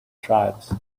tribes